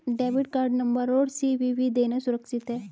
Debit card number और CVV देना सुरक्षित है?